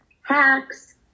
hacks